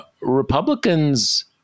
Republicans